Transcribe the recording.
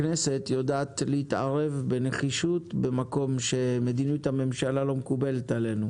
הכנסת יודעת להתערב בנחישות במקום שמדיניות הממשלה לא מקובלת עליה,